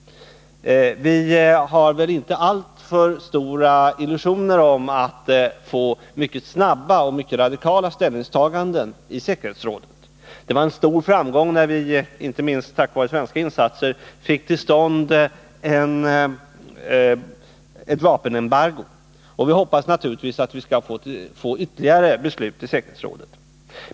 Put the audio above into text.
Vi har väl inte alltför stora illusioner om att få mycket snabba och radikala ställningstaganden i säkerhetsrådet. Det var en stor framgång när vi inte minst tack vare svenska insatser fick till stånd ett vapenembargo, och vi hoppas naturligtvis att vi skall få ytterligare beslut i säkerhetsrådet.